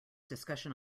discussion